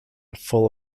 full